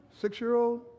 Six-year-old